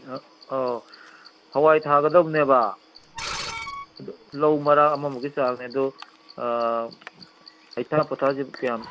ꯑꯧ ꯍꯋꯥꯏ ꯊꯥꯒꯗꯕꯅꯦꯕ ꯑꯗꯨ ꯂꯧ ꯃꯔꯥꯛ ꯑꯃꯃꯨꯛꯀꯤ ꯆꯥꯡꯅꯤ ꯑꯗꯨ ꯍꯩꯊꯥ ꯄꯣꯊꯥꯁꯤꯕꯨ ꯀꯌꯥꯝ